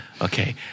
Okay